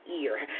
ear